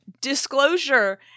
disclosure